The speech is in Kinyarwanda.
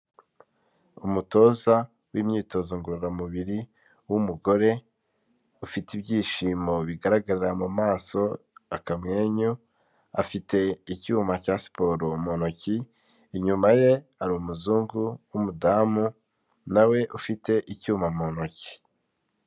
Umutoza w'imyitozo ngororamubiri w'umugore, ufite ibyishimo bigaragarira mu maso, akamenyu afite icyuma cya siporo mu ntoki, inyuma ye hari umuzungu w'umudamu nawe ufite icyuma mu ntoki.